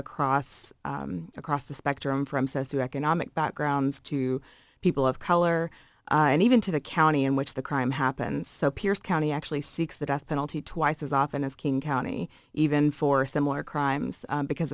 across across the spectrum from says through economic backgrounds to people of color and even to the county in which the crime happened so pierce county actually seeks the death penalty twice as often as king county even for similar crimes because